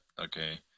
Okay